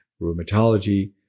rheumatology